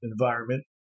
environment